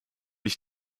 ich